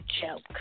joke